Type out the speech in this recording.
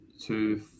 two